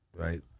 right